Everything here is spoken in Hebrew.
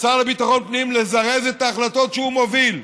לשר לביטחון הפנים, לזרז את ההחלטות שהוא מוביל,